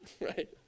right